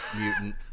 mutant